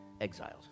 exiled